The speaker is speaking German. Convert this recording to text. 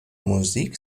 musik